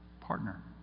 partner